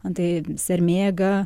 antai sermėga